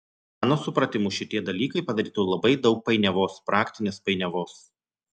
mano supratimu šitie dalykai padarytų labai daug painiavos praktinės painiavos